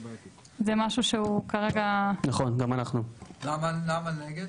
זה משהו שהוא כרגע --- למה נגד?